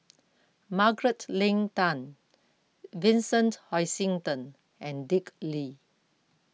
Margaret Leng Tan Vincent Hoisington and Dick Lee